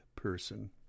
person